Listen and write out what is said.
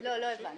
לא הבנתי.